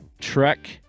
Trek